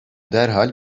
derhal